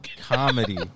comedy